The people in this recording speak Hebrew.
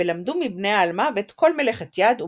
ולמדו מבני־האלמות כל־מלאכת יד ומחשבת”.